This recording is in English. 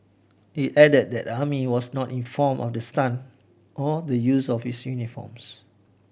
it added that the army was not informed of the stunt or the use of its uniforms